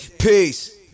Peace